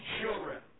children